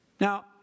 Now